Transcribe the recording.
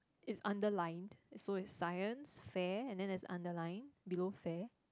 it's underlined so is science fair and then there's underline below fair